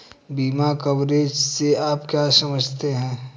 बीमा कवरेज से आप क्या समझते हैं?